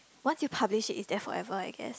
once you publish it it's there forever I guess